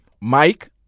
Mike